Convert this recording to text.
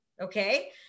Okay